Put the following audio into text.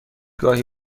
گاهی